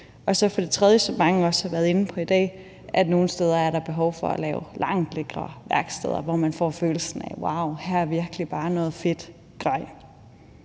Og for det tredje, som mange også har været inde på i dag, er der nogle steder behov for at lave langt lækrere værksteder, hvor man får følelsen af, at wau, her er virkelig bare noget fedt grej.